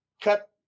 cut